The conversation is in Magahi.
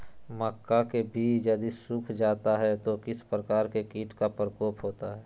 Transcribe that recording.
मक्का के बिज यदि सुख जाता है तो किस प्रकार के कीट का प्रकोप होता है?